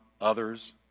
others